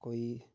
कोई